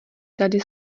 tady